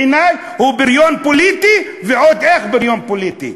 בעיני הוא בריון פוליטי, ועוד איך בריון פוליטי.